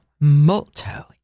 molto